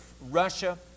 Russia